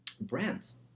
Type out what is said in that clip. brands